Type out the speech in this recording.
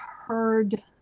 heard